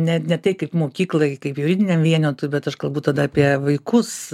ne ne tai kaip mokyklai kaip juridiniam vienetui bet aš kalbu tada apie vaikus